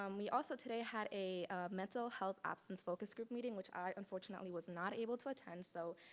um we also today had a mental health absence focus group meeting, which i unfortunately was not able to attend. so,